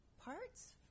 parts